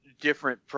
Different